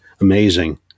amazing